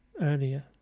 earlier